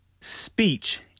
Speech